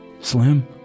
Slim